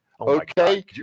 okay